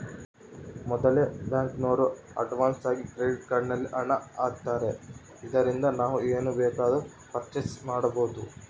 ಮೊದಲೆ ಬ್ಯಾಂಕಿನೋರು ಅಡ್ವಾನ್ಸಾಗಿ ಕ್ರೆಡಿಟ್ ಕಾರ್ಡ್ ನಲ್ಲಿ ಹಣ ಆಗ್ತಾರೆ ಇದರಿಂದ ನಾವು ಏನ್ ಬೇಕಾದರೂ ಪರ್ಚೇಸ್ ಮಾಡ್ಬಬೊದು